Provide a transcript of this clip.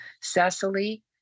Cecily